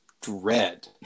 dread